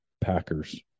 Packers